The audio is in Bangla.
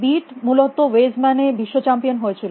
বীট মূলত ওয়েজ ম্যান এ বিশ্ব চ্যাম্পিয়ন হয়েছিল